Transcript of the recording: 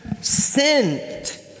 sent